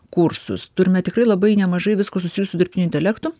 kursus turime tikrai labai nemažai visko susijusio su dirbtiniu intelektu